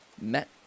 Met